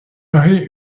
marie